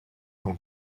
ton